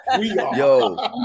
Yo